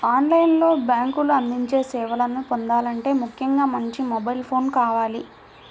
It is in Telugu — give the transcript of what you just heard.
ఆన్ లైన్ లో బ్యేంకులు అందించే సేవలను పొందాలంటే ముఖ్యంగా మంచి మొబైల్ ఫోన్ కావాలి